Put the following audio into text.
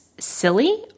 silly